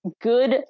good